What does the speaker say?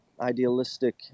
idealistic